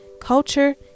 culture